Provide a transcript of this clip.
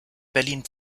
berlin